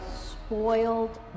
spoiled